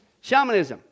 Shamanism